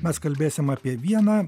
mes kalbėsim apie vieną